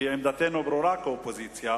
כי עמדתנו כאופוזיציה